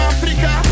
Africa